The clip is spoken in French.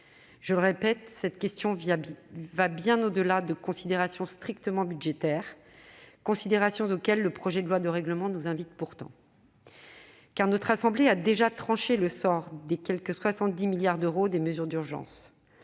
Je le répète, cette question va bien au-delà de considérations strictement budgétaires, considérations auxquelles le projet de loi de règlement nous invite pourtant. En effet, notre assemblée a déjà tranché le sort des quelque 70 milliards d'euros de mesures d'urgence.